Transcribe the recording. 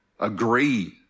Agree